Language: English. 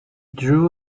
drew